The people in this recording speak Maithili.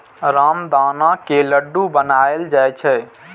रामदाना के लड्डू बनाएल जाइ छै